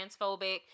transphobic